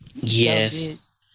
Yes